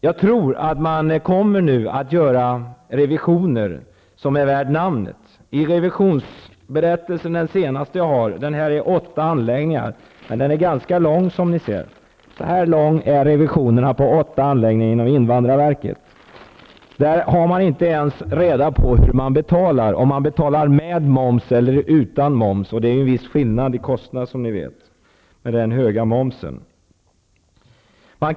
Jag tror att man nu kommer att göra en revision som är värd namnet. I den senaste revisionsberättelsen som jag har, som gäller åtta anläggningar inom invandrarverket -- den är ganska lång -- har man inte ens reda på hur betalningarna sker, om momsen ingår eller inte. Det är ju en viss skillnad i kostnad, som ni vet, med den höga moms vi har.